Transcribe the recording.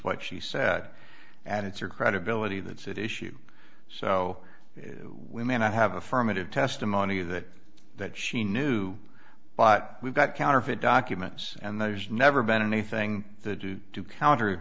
what she said and it's her credibility that city issue so we may not have affirmative testimony that that she knew but we've got counterfeit documents and there's never been anything to do to counter